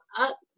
up